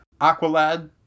Aqualad